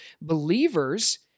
believers